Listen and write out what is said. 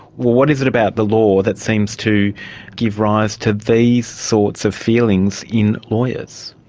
what is it about the law that seems to give rise to these sorts of feelings in lawyers?